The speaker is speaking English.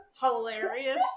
hilarious